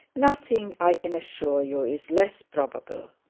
nothing i can assure you is less probable.